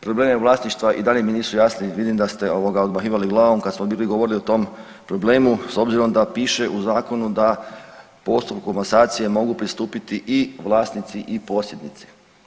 Problemi vlasništva i dalje mi nisu jasni, vidim da ste ovoga odmahivali glavom kad smo bili govorili o tom problemu s obzirom da piše u zakonu da postupku komasacije mogu pristupiti i vlasnici i posjednici.